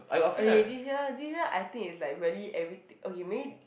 okay this year this year I think it's like really every okay may